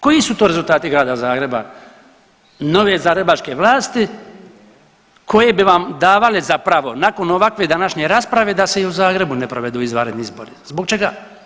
Koji su to rezultati Grada Zagreba nove zagrebačke vlasti koje bi vam davale zapravo nakon ovakve današnje rasprave da se i u Zagrebu ne provedu izvanredni izbori, zbog čega?